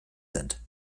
sind